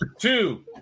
two